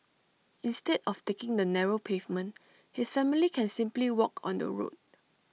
instead of taking the narrow pavement his family can simply walk on the road